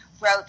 wrote